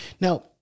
Now